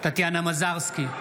טטיאנה מזרסקי,